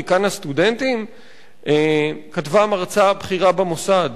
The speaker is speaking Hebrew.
דיקן הסטודנטים?"; כתבה מרצה בכירה במוסד.